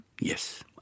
Yes